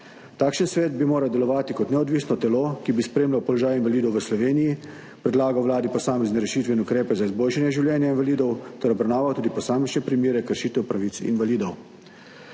Takšen svet bi moral delovati kot neodvisno telo, ki bi spremljalo položaj invalidov v Sloveniji, predlagalo Vladi posamezne rešitve in ukrepe za izboljšanje življenja invalidov ter obravnavalo tudi posamične primere kršitev pravic invalidov.